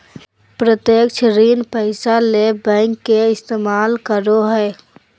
प्रत्यक्ष ऋण पैसा ले बैंक के इस्तमाल करो हइ